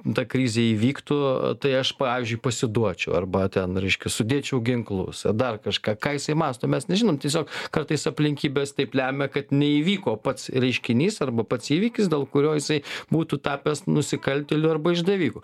ta krizė įvyktų tai aš pavyzdžiui pasiduočiau arba ten reiškia sudėčiau ginklus ar dar kažką ką jisai mąsto mes nežinom tiesiog kartais aplinkybės taip lemia kad neįvyko pats reiškinys arba pats įvykis dėl kurio jisai būtų tapęs nusikaltėliu arba išdaviku